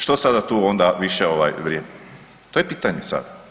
Što sada tu onda više vrijedi to je pitanje sada.